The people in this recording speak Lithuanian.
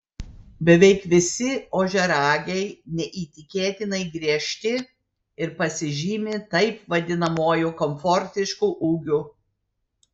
beveik visi ožiaragiai neįtikėtinai griežti ir pasižymi taip vadinamuoju komfortišku ūgiu